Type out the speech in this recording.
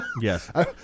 Yes